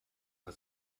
war